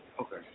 okay